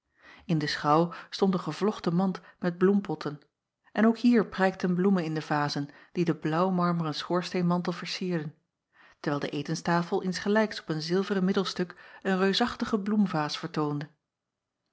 in de schouw stond een gevlochte mand met bloempotten en ook hier prijkten bloemen in de vazen die den blaauw marmeren schoorsteenmantel vercierden ter acob van ennep laasje evenster delen wijl de etenstafel insgelijks op een zilveren middelstuk een reusachtige bloemvaas vertoonde